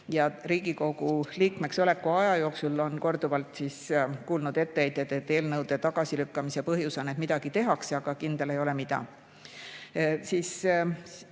Riigikogu liikmeks oleku aja jooksul on ta korduvalt kuulnud etteheiteid, et eelnõude tagasilükkamise põhjus on, et midagi tehakse, aga kindel ei ole, mida.